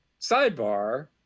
sidebar